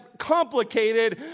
complicated